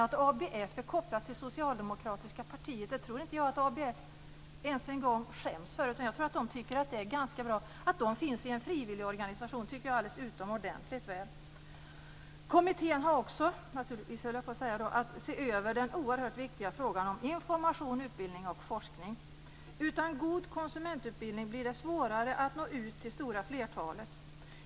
Att ABF är kopplat till det socialdemokratiska partiet tror jag inte att ABF skäms för, utan de tycker nog att det är ganska bra. Att de finns i en frivilligorganisation tycker jag är utomordentligt bra. Konsumentkommittén ska också behandla den oerhört viktiga frågan om information, utbildning och forskning. Utan god konsumentutbildning blir det svårare att nå ut till det stora flertalet.